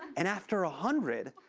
and after a hundred,